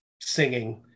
singing